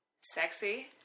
Sexy